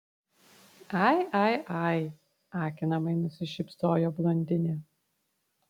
ai ai ai akinamai nusišypsojo blondinė